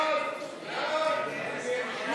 סעיף תקציבי 27,